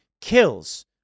kills